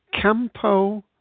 Campo